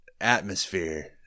atmosphere